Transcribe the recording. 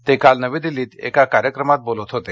ते काल नवी दिल्लीत एका कार्यक्रमात बोलत होते